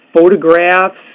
photographs